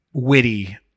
witty